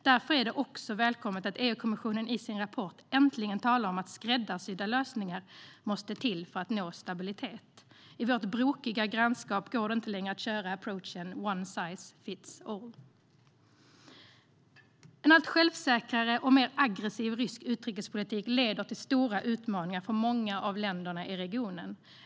Därför är det också välkommet att EU-kommissionen i sin rapport äntligen talar om att skräddarsydda lösningar måste till för att nå stabilitet. I vårt brokiga grannskap går det inte längre att köra approachen "one size fits all".En allt självsäkrare och mer aggressiv rysk utrikespolitik leder till stora utmaningar för många av länderna i regionen.